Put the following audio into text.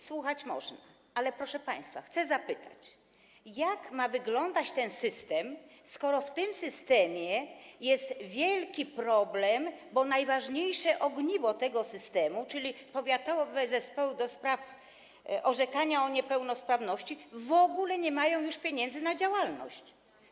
Słuchać można, ale, proszę państwa, chcę zapytać, jak ma wyglądać ten system, skoro jest tu wielki problem, bo najważniejsze ogniwo tego systemu, czyli powiatowe zespoły do spraw orzekania o niepełnosprawności, w ogóle nie mają już pieniędzy na działalność.